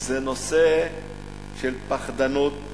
זה נושא של פחדנות,